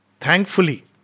thankfully